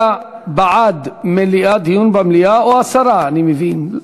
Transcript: נצביע בעד דיון מליאה או הסרה, כפי שאני מבין.